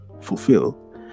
fulfill